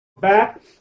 back